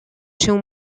się